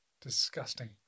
Disgusting